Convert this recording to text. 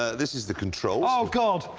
this is the controls. oh, god.